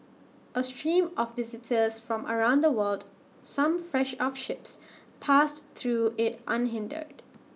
A stream of visitors from around the world some fresh off ships passed through IT unhindered